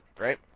right